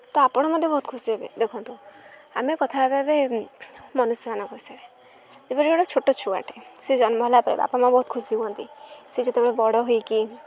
ତ ଆପଣ ମଧ୍ୟ ବହୁତ ଖୁସି ହେବେ ଦେଖନ୍ତୁ ଆମେ କଥା ହେବା ଏବେ ମନୁଷ୍ୟମାନଙ୍କ ବିଷୟରେ ଯେପରି ଗୋଟେ ଛୋଟ ଛୁଆଟେ ସେ ଜନ୍ମ ହେଲା ପରେ ବାପା ମା' ବହୁତ ଖୁସି ହୁଅନ୍ତି ସେ ଯେତେବେଳେ ବଡ଼ ହୋଇକି